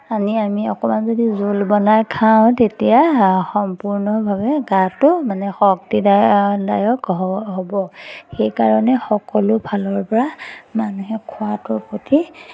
আনি আমি অকণমান যদি জোল বনাই খাওঁ তেতিয়া সম্পূৰ্ণভাৱে গাটো মানে শক্তিদায় দায়ক হ'ব সেইকাৰণে সকলো ফালৰপৰা মানুহে খোৱাটোৰ প্ৰতি